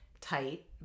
Tight